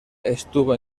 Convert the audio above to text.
estuvo